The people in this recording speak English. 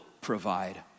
provide